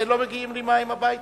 ולא מגיעים אלי מים הביתה.